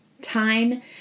Time